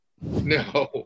No